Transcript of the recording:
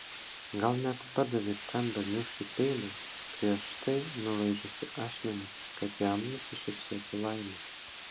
gal net padavei tam berniūkščiui peilį prieš tai nulaižiusi ašmenis kad jam nusišypsotų laimė